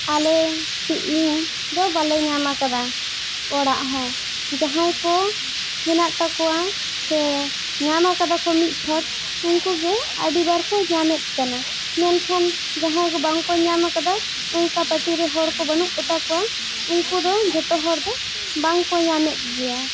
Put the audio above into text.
ᱟᱞᱮ ᱥᱮ ᱤᱧ ᱫᱚ ᱵᱟᱞᱮ ᱧᱟᱢ ᱟᱠᱟᱫᱟ ᱚᱲᱟᱜ ᱦᱚᱸ ᱡᱟᱦᱟᱸᱭ ᱠᱚ ᱦᱮᱱᱟᱜ ᱛᱟᱠᱟᱣᱟ ᱥᱮ ᱧᱟᱢ ᱟᱠᱟᱫᱟ ᱠᱚ ᱢᱤᱫ ᱪᱷᱚᱛ ᱩᱱᱠᱩ ᱜᱮ ᱟᱹᱰᱤ ᱵᱟᱨ ᱠᱚ ᱧᱟᱢᱮᱫ ᱠᱟᱱᱟ ᱢᱮᱱᱠᱷᱟᱱ ᱡᱟᱦᱟᱸᱭ ᱠᱚ ᱵᱟᱝ ᱠᱚ ᱧᱟᱢ ᱟᱠᱟᱫᱟ ᱚᱱᱠᱟ ᱯᱟᱹᱴᱤ ᱨᱮ ᱦᱚᱲ ᱠᱚ ᱵᱟᱹᱱᱩᱜ ᱠᱚ ᱛᱟᱠᱚᱣᱟ ᱩᱱᱠᱩ ᱫᱚ ᱡᱷᱚᱛᱚ ᱦᱚᱲ ᱫᱚ ᱵᱟᱝ ᱠᱚ ᱧᱟᱢᱮᱫ ᱜᱮᱭᱟ